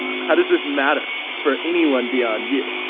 how does this matter for anyone beyond you?